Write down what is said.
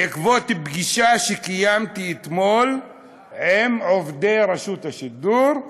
בעקבות פגישה שקיימתי אתמול עם עובדי רשות השידור.